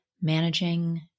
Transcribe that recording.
Managing